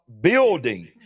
building